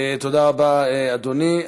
תודה רבה, אדוני.